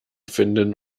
finden